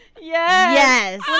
yes